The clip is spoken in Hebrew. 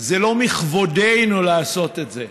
זה לא מכבודנו לעשות את זה.